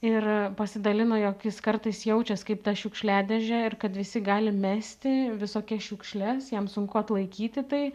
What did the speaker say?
ir pasidalino jog jis kartais jaučias kaip ta šiukšliadėžė ir kad visi gali mesti visokias šiukšles jam sunku atlaikyti tai